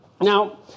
Now